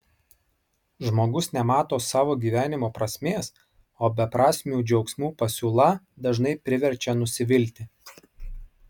žmogus nemato savo gyvenimo prasmės o beprasmių džiaugsmų pasiūla dažnai priverčia nusivilti